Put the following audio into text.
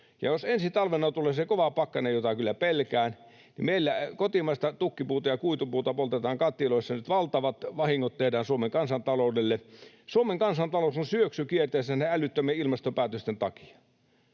Jos ensi talvena tulee se kova pakkanen, jota kyllä pelkään, niin meillä kotimaista tukkipuuta ja kuitupuuta poltetaan kattiloissa ja valtavat vahingot tehdään Suomen kansantaloudelle. Suomen kansantalous on syöksykierteessä näiden älyttömien ilmastopäätösten takia.